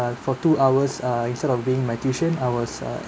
for two hours uh instead of be in my tuition I was uh